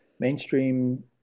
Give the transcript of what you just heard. mainstream